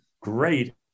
great